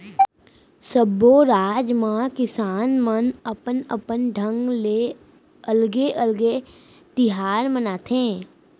सब्बो राज म किसान मन अपन अपन ढंग ले अलगे अलगे तिहार मनाथे